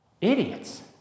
Idiots